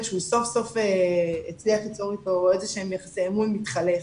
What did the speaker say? שהוא סוף סוף הצליח ליצור איתו איזה שהם יחסי אמון מתחלף.